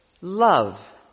love